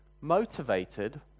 motivated